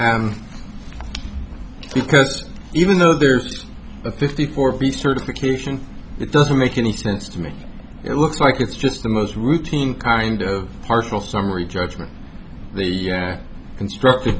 because even though there's a fifty four piece certification it doesn't make any sense to me it looks like it's just the most routine kind of partial summary judgment the construct